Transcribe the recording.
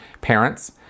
parents